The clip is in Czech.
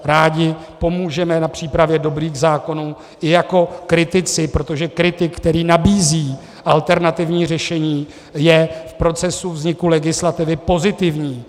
Rádi pomůžeme na přípravě dobrých zákonů i jako kritici, protože kritik, který nabízí alternativní řešení, je v procesu vzniku legislativy pozitivní.